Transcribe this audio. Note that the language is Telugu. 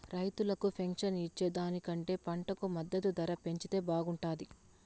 రైతులకు పెన్షన్ ఇచ్చే దానికంటే పంటకు మద్దతు ధర పెంచితే బాగుంటాది